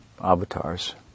avatars